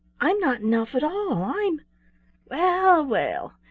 i'm not an elf at all. i'm well, well!